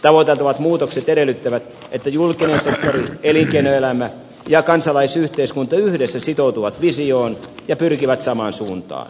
tavoiteltavat muutokset edellyttävät että julkinen sektori elinkeinoelämä ja kansalaisyhteiskunta yhdessä sitoutuvat visioon ja pyrkivät samaan suuntaan